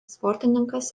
sportininkas